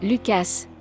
Lucas